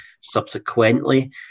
subsequently